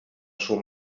schon